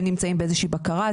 הם נמצאים באיזושהי בקרה,